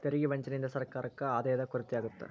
ತೆರಿಗೆ ವಂಚನೆಯಿಂದ ಸರ್ಕಾರಕ್ಕ ಆದಾಯದ ಕೊರತೆ ಆಗತ್ತ